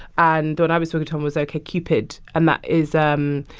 and the one i was talking to him was okcupid, and that is um